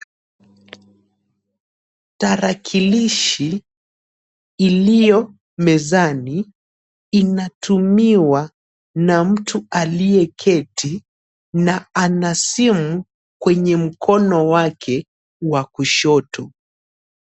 Tarakilishi iliyo mezani inatumiwa na mtu aliyeketi na ana simu kwenye mkono wake wa kushoto.